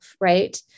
right